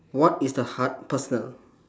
what is the hard personal